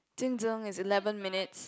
is eleven minutes